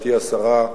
חברתי השרה,